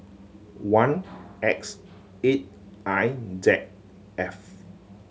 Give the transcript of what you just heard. one X eight I Z F